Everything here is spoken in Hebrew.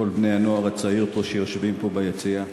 כל בני-הנוער הצעירים שיושבים פה ביציע,